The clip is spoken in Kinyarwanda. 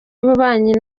y’ububanyi